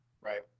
right